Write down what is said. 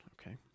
okay